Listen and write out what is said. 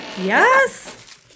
Yes